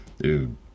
dude